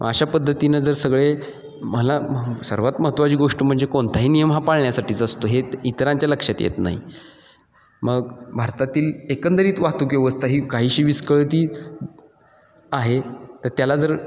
मग अशा पद्धतीनं जर सगळे मला सर्वात महत्त्वाची गोष्ट म्हणजे कोणताही नियम हा पाळण्यासाठीच असतो हे इतरांच्या लक्षात येत नाही मग भारतातील एकंदरीत वाहतूक व्यवस्था ही काहीशी विस्कळीत आहे तर त्याला जर